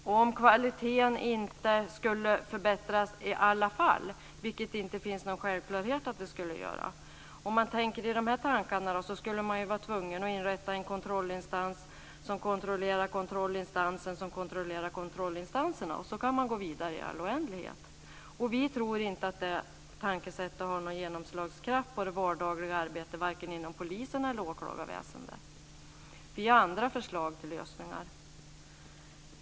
Och om kvaliteten ändå inte skulle förbättras - vilket inte är någon självklarhet - så skulle man om man fortsätter i dessa tankebanor vara tvungen att inrätta en kontrollinstans som kontrollerar kontrollinstansen som kontrollerar kontrollinstansen. Så kan man gå vidare i all oändlighet. Men vi tror inte att det tankesättet får någon genomslagskraft i det vardagliga arbetet vare sig inom polis eller åklagarväsendet. Vi har andra förslag till lösningar.